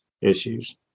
issues